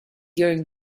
during